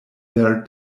their